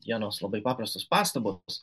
vienos labai paprastos pastabos